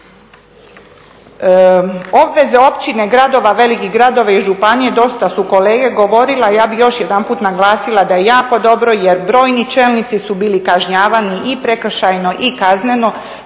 Obveze općine gradova, velikih gradova i županije dosta su kolege govorili, a ja bih još jedanput naglasila da je jako dobro jer brojni čelnici su bili kažnjavani i prekršajno i kazneno